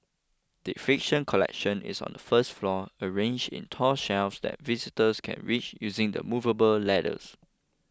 the fiction collection is on the first floor arranged in tall shelves that visitors can reach using the movable ladders